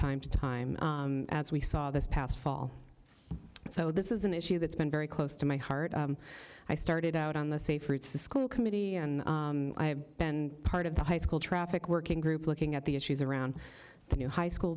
time to time as we saw this past fall so this is an issue that's been very close to my heart i started out on the safe routes to school committee and i have been part of the high school traffic working group looking at the issues around the new high school